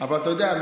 אבל אתה יודע,